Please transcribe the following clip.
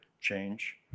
change